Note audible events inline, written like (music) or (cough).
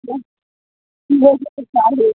(unintelligible)